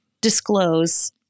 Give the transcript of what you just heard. disclose